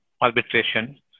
arbitration